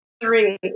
three